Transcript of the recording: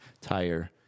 Tire